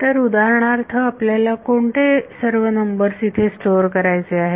तर उदाहरणार्थ आपल्याला कोणते सर्व नंबर्स इथे स्टोअर करायचे आहेत